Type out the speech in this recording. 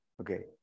Okay